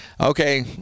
Okay